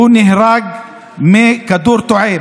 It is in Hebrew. והוא נהרג מכדור תועה.